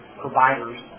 providers